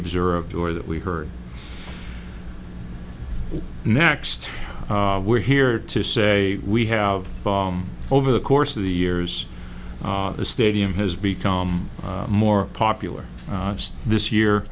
observed or that we heard next we're here to say we have over the course of the years the stadium has become more popular this year